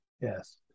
Yes